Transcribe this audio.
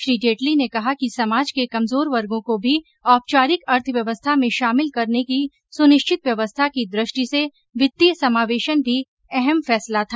श्री जेटली ने कहा कि समाज के कमजोर वर्गों को भी औपचारिक अर्थव्यवस्था में शामिल करने की सुनिश्चित व्यवस्था की दृष्टि से वित्तीय समावेशन भी अहम फैसला था